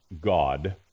God